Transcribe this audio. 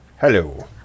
Hello